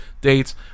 dates